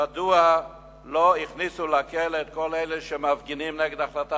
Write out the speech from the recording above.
מדוע לא הכניסו לכלא את כל אלה שמפגינים נגד החלטת